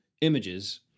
images